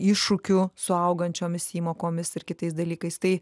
iššūkių su augančiomis įmokomis ir kitais dalykais tai